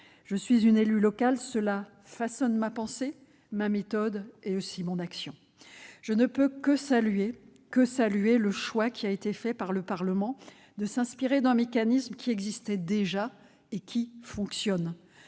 je suis une élue locale : cela façonne ma pensée, ma méthode et aussi mon action. Je ne peux que saluer le choix qui a été fait par le Parlement de s'inspirer d'un mécanisme qui existait déjà et qui fonctionne